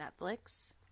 Netflix